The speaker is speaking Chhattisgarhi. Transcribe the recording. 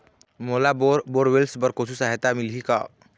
मोला बोर बोरवेल्स बर कुछू कछु सहायता मिलही का?